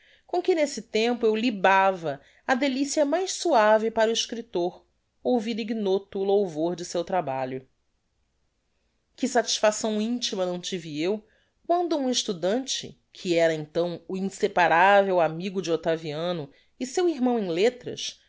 com que nesse tempo eu libava a delicia mais suave para o escriptor ouvir ignoto o louvor de seu trabalho que satisfação intima não tive eu quando um estudante que era então o inseparavel amigo de octaviano e seu irmão em lettras